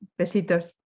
Besitos